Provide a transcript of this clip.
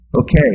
Okay